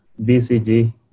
BCG